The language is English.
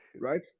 Right